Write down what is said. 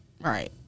Right